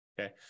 Okay